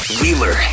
Wheeler